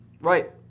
Right